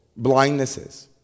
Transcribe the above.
blindnesses